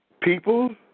people